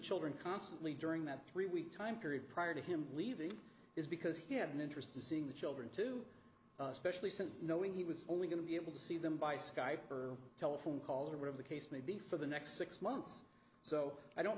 children constantly during that three week time period prior to him leaving is because he had an interest in seeing the children too especially since knowing he was only going to be able to see them by skype or telephone caller of the case may be for the next six months so i don't